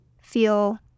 feel